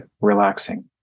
Relaxing